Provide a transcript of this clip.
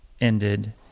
ended